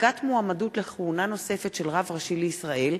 (הצגת מועמדות לכהונה נוספת של רב ראשי לישראל),